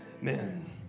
Amen